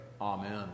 Amen